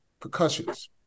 percussions